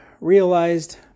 realized